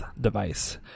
device